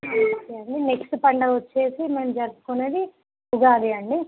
సరే నెక్స్ట్ పండుగ వచ్చేసి మనం జరుపుకునేది ఉగాది అండి